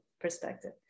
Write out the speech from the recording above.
perspective